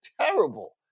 terrible